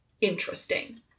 interesting